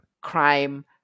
crime